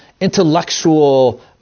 intellectual